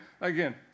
again